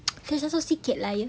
there's also sikit lain